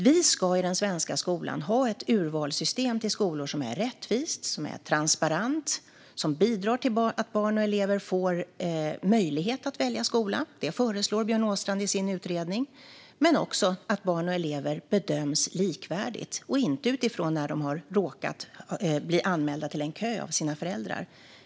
Vi ska inom den svenska skolan ha ett urvalssystem till skolor som är rättvist, transparent och bidrar till att barn och elever får möjlighet att välja skola - det föreslår Björn Åstrand i sin utredning - men som också innebär att barn och elever bedöms likvärdigt och inte utifrån när de har råkat bli anmälda till en kö av sina föräldrar.